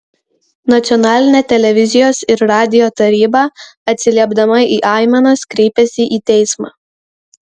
nacionalinė televizijos ir radijo taryba atsiliepdama į aimanas kreipėsi į teismą